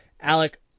Alec